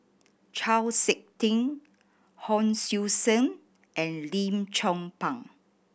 Chau Sik Ting Hon Sui Sen and Lim Chong Pang